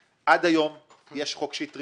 על סדר היום הצעת חוק לעידוד השקעות הון (תיקון מס' 74)